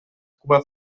cua